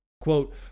Quote